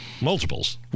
Multiples